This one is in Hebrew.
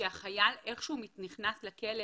שהחייל איכשהו נכנס לכלא,